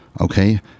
okay